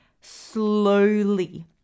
slowly